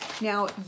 Now